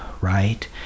right